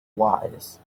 wise